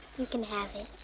you can have